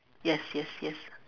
yes yes yes